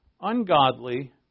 ungodly